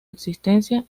existencia